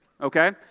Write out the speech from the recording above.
Okay